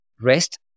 REST